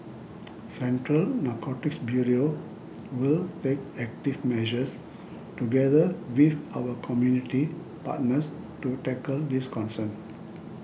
Central Narcotics Bureau will take active measures together with our community partners to tackle this concern